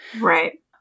Right